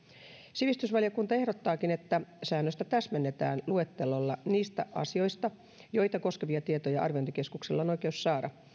sivistysvaliokunta ehdottaakin että säännöstä täsmennetään luettelolla niistä asioista joita koskevia tietoja arviointikeskuksella on oikeus saada